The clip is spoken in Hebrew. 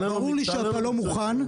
ברור לי שאתה לא מוכן,